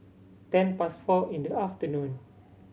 ten past four in the afternoon